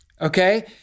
okay